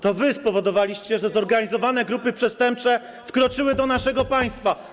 To wy spowodowaliście, że zorganizowane grupy przestępcze wkroczyły do naszego państwa.